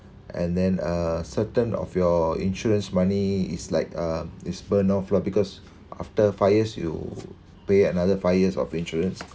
and then uh certain of your insurance money is like uh is burnt off lah because after five years you pay another five years of insurance